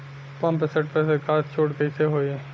Pump set पर सरकार छूट कईसे होई?